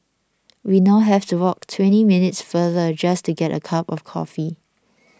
we now have to walk twenty minutes farther just to get a cup of coffee